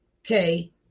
Okay